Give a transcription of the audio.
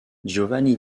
giovanni